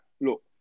look